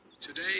Today